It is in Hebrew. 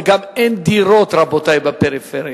וגם אין דירות בפריפריה,